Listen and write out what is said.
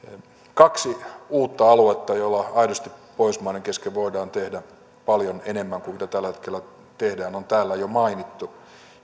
kaksi uutta aluetta joilla aidosti pohjoismaiden kesken voidaan tehdä paljon enemmän kuin mitä tällä hetkellä tehdään on täällä jo mainittu